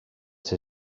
ser